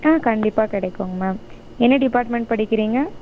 ஆ கண்டிப்பாக கிடைக்குங்க மேம் என்ன டிப்பார்ட்மெண்ட் படிக்கிறீங்க